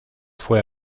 fue